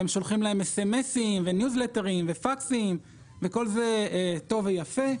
הם שולחים להם SMS וניוזלטרים ופקסים וזה זה טוב ויפה,